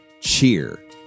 cheer